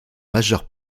majeure